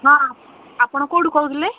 ହଁ ଆପଣ କେଉଁଠୁ କହୁଥିଲେ